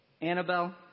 Annabelle